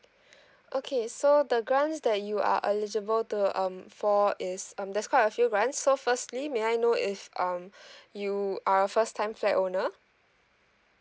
okay so the grants that you are eligible to um for is um there's quite a few grants so firstly may I know if um you are a first time flat owner